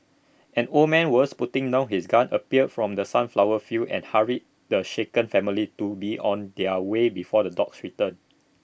an old man who was putting down his gun appeared from the sunflower fields and hurried the shaken family to be on their way before the dogs return